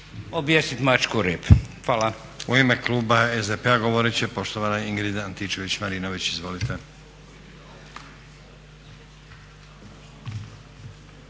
objesiti mačku rep. Hvala.